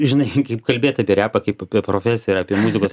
žinai kaip kalbėt apie repą kaip apie profesiją ir apie muzikos